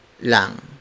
lang